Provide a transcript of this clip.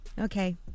Okay